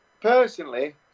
personally